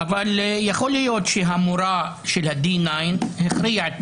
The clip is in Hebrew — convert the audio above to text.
זה במדינה דמוקרטית משהו שצריך לעשות.